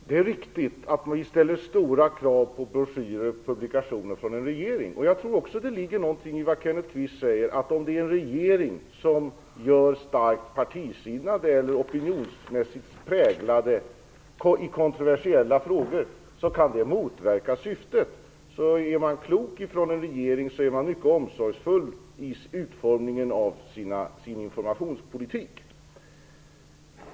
Herr talman! Det är riktigt att vi ställer stora krav på broschyrer och publikationer från en regering. Jag tror också det ligger någonting i vad Kenneth Kvist säger: Om en regering gör starkt partisinnade eller opinionsmässigt präglade uttalanden i kontroversiella frågor, kan det motverka syftet. Är en regering klok så är den mycket omsorgsfull i utformningen av sin informationspolitik.